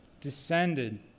descended